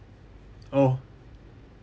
oh